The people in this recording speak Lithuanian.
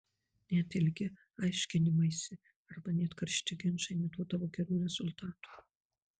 net ilgi aiškinimaisi arba net karšti ginčai neduodavo gerų rezultatų